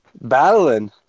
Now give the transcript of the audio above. battling